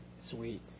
Sweet